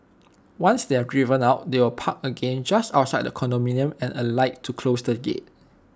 once they are driven out they will park again just outside the condominium and alight to close the gate